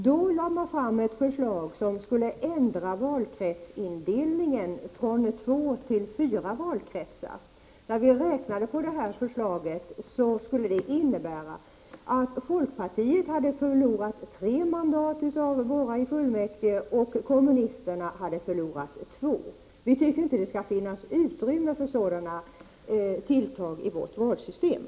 Då lade man fram ett förslag som skulle ändra valkretsindelningen från att utgöra två till att utgöra fyra valkretsar. Vi räknade efter vad förslaget skulle innebära: Folkpartiet skulle ha förlorat tre av sina mandat i fullmäktige och kommunisterna två. Vi anser att det inte skall finnas utrymme för sådana tilltag i vårt valsystem.